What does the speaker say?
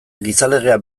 gizalegea